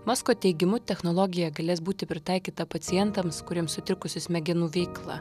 masko teigimu technologija galės būti pritaikyta pacientams kuriems sutrikusi smegenų veikla